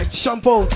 shampoo